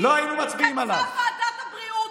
התכנסה ועדת הבריאות,